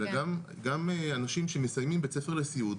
אלא גם אנשים שמסיימים בי"ס לסיעוד,